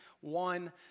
one